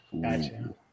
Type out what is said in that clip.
Gotcha